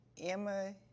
Emma